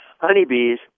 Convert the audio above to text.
Honeybees